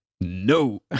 No